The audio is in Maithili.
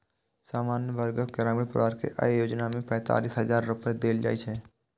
सामान्य वर्गक ग्रामीण परिवार कें अय योजना मे पैंतालिस हजार रुपैया देल जाइ छै